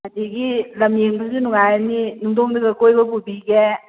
ꯑꯗꯒꯤ ꯂꯝ ꯌꯦꯡꯕꯁꯨ ꯅꯨꯡꯉꯥꯏꯔꯅꯤ ꯅꯨꯡꯗꯣꯡꯗꯒ ꯀꯣꯏꯕ ꯄꯨꯕꯤꯒꯦ